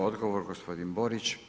Odgovor gospodin Borić.